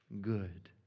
good